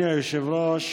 אדוני היושב-ראש,